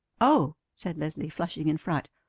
oh! said leslie, flushing in fright,